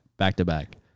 back-to-back